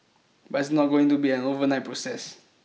but it's not going to be an overnight process